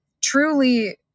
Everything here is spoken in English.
truly